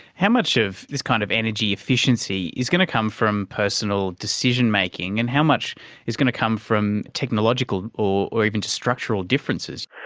how much of this kind of energy efficiency is going to come from personal decision-making, and how much is going to come from technological or even just structural differences?